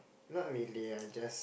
not really I just